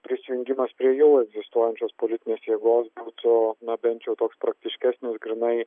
prisijungimas prie jau egzistuojančios politinės jėgos būtų na bent jau toks praktiškesnis grynai